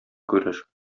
күрер